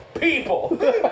people